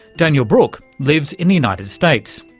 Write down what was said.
daniel brook lives in the united states,